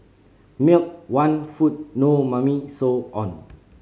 milk want food no Mummy so on